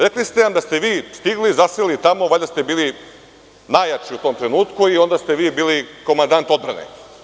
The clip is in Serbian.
Rekli ste nam da ste vi stigli, zaseli tamo, valjda ste bili najjači u tom trenutku i onda ste vi bili komandant odbrane.